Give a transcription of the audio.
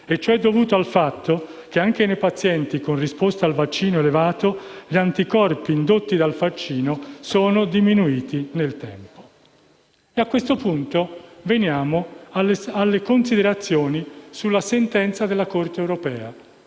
Ciò è dovuto al fatto che anche nei pazienti con elevata risposta al vaccino gli anticorpi indotti dal vaccino sono diminuiti nel tempo. A questo punto, veniamo alle considerazioni sulla sentenza della Corte di